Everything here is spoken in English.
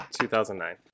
2009